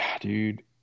dude